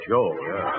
sure